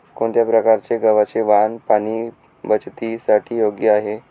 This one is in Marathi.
कोणत्या प्रकारचे गव्हाचे वाण पाणी बचतीसाठी योग्य आहे?